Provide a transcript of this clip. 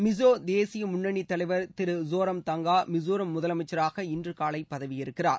மிசோ தேசிய முன்னணி தலைவர் திரு ஸோரம்தங்கா மிசோரம் முதலனமச்சராக இன்று காலை பதவியேற்கிறார்